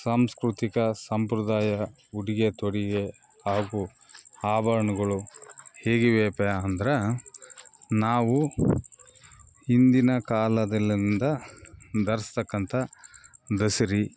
ಸಾಂಸ್ಕೃತಿಕ ಸಂಪ್ರದಾಯ ಉಡುಗೆ ತೊಡುಗೆ ಹಾಗೂ ಆಭರ್ಣಗಳು ಹೇಗಿವೆ ಪ್ಯ ಅಂದ್ರೆ ನಾವು ಹಿಂದಿನ ಕಾಲದಲ್ಲಿಂದ ಧರ್ಸತಕಂಥ ದಸರಾ